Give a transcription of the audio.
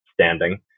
standing